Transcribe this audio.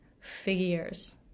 figures